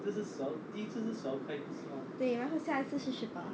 对然后下一次是十八